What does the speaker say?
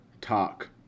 talk